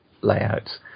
layouts